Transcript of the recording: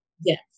Yes